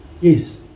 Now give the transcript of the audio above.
Yes